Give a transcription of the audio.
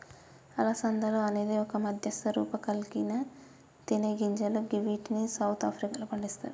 అలసందలు అనేది ఒక మధ్యస్థ రూపంకల్గిన తినేగింజలు గివ్విటిని సౌత్ ఆఫ్రికాలో పండిస్తరు